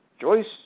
Joyce